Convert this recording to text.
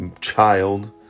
child